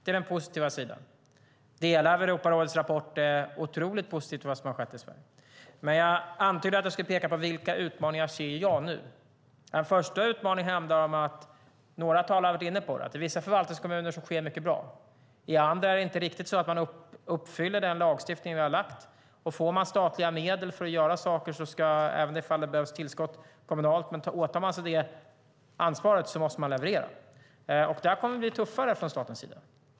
Det är den positiva sidan. Delar av Europarådets rapport är otroligt positiv till vad som har skett i Sverige, men jag antydde att jag skulle peka på vilka utmaningar jag nu ser. En första utmaning handlar om det som några talare har varit inne på. I vissa förvaltningskommuner sker mycket bra. I andra uppfyller man inte riktigt den lagstiftning vi har. Får man statliga medel för att göra saker ska man leverera, även ifall det behövs tillskott kommunalt. Åtar man sig det ansvaret måste man leverera. Där kommer vi att bli tuffare från statens sida.